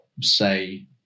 say